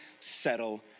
settle